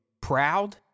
proud